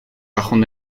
cajón